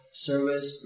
service